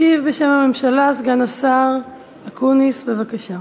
ישיב בשם הממשלה סגן השר אקוניס, בבקשה.